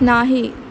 नाही